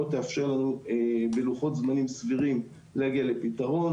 תאפשר לנו בלוחות זמנים סבירים להגיע לפתרון,